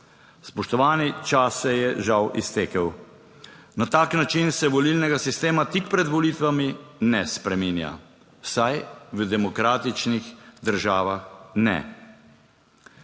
Spoštovani, čas se je žal iztekel. Na tak način se volilnega sistema tik pred volitvami ne spreminja, vsaj v demokratičnih državah ne.